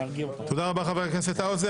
תודה רבה, חברת הכנסת האוזר.